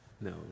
No